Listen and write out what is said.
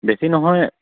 বেছি নহয়